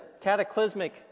cataclysmic